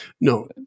No